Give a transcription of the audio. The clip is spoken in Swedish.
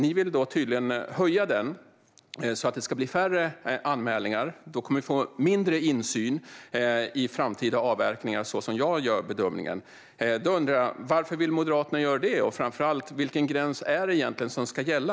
Ni vill tydligen höja den så att det ska bli färre anmälningar. Som jag gör bedömningen kommer vi då att få mindre insyn i framtida avverkningar, och jag undrar varför Moderaterna vill det. Framför allt undrar jag vilken gräns det egentligen är som ska gälla.